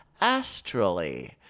astrally